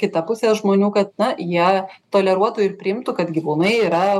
kita pusė žmonių kad na jie toleruotų ir priimtų kad gyvūnai yra